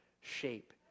shape